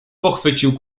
pochwycił